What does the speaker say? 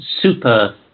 super-